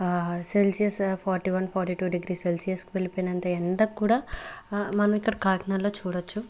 Celsius forty one forty two degrees సెల్సియస్కు వెళ్ళిపోయినంత ఎండక్కూడ మనం ఇక్కడ కాకినాడలో చూడొచ్చు